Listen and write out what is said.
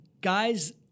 guys